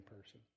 person